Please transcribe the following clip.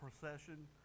procession